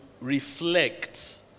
reflect